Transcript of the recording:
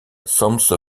soms